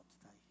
today